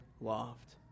loved